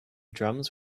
drums